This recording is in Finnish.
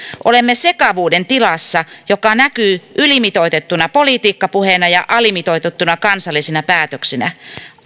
olemme sekavuuden tilassa joka näkyy ylimitoitettuna politiikkapuheena ja alimitoitettuina kansallisina päätöksinä